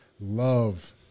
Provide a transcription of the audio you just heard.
love